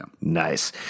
Nice